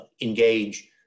engage